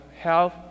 health